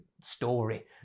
story